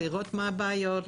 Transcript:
לראות מה הבעיות,